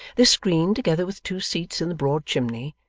this screen, together with two seats in the broad chimney,